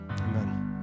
Amen